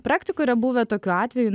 praktikoj yra buvę tokių atvejų